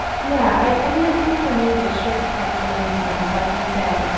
yeah i mean at least for me, this shift has been, you know like you said,